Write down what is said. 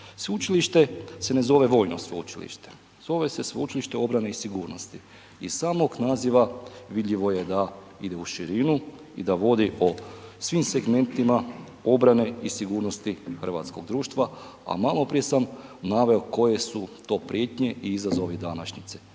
Sveučilište se ne zove vojno sveučilište, zove se Sveučilište obrane i sigurnosti. Iz samog naziva vidljivo je da ide u širinu i da vodi o svim segmentima obrane i sigurnosti hrvatskog društva, a maloprije sam naveo koje su to prijetnje i izazovi današnjice.